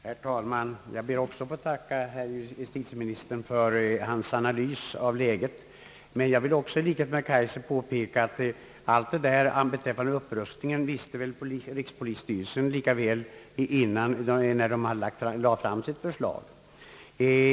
Herr talman! Jag ber också få tacka justitieministern för hans analys av läget, men jag vill i likhet med herr Kaijser påpeka, att allt det som anförts om upprustningen visste väl rikspolisstyrelsen när den lade fram sitt förslag.